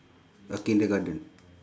a kindergarten